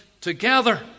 together